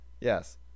Yes